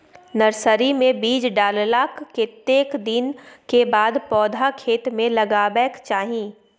Nursery मे बीज डाललाक कतेक दिन के बाद पौधा खेत मे लगाबैक चाही?